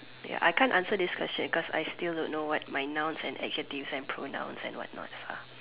ya I can't answer this questions cause I still don't know what my nouns and adjectives and pronouns and whatnot are